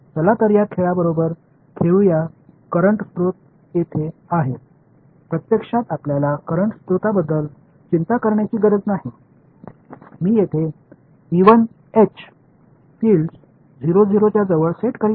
चला तर या खेळाबरोबर खेळूया करंट स्त्रोत येथे आहेत प्रत्यक्षात आपल्याला करंट स्रोतांबद्दल चिंता करण्याची गरज नाही मी येथे फील्ड्स 00 च्या जवळ सेट करीत आहे